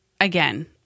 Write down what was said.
again